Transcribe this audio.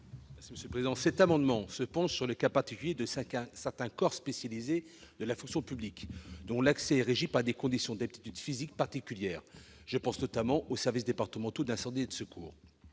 le rapporteur. Avec cet amendement, nous nous penchons sur le cas particulier de certains corps spécialisés de la fonction publique, dont l'accès est régi par des conditions d'aptitudes physiques singulières. Je pense notamment aux services départementaux d'incendie et de secours,